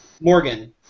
Morgan